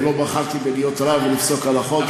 ולא בחרתי בלהיות רב ולפסוק הלכות,